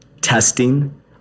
testing